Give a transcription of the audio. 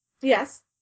Yes